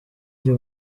jye